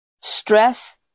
Stress